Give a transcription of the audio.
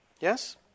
yes